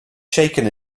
shaken